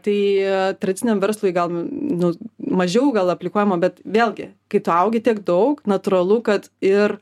tai tradiciniam verslui gal nu mažiau gal aplikuojama bet vėlgi kai tu augi tiek daug natūralu kad ir